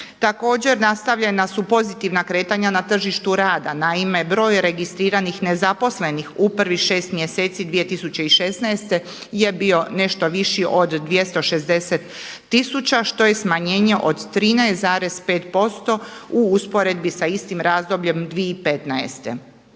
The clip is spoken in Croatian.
Također nastavljena su pozitivna kretanja na tržištu rada. Naime, broj registriranih nezaposlenih u prvih šest mjeseci 2016. je bio nešto viši od 260 000 što je smanjenje od 13,5% u usporedbi sa istim razdobljem 2015.